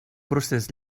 procés